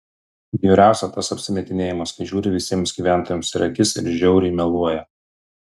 bjauriausia tas apsimetinėjimas kai žiūri visiems gyventojams į akis ir žiauriai meluoja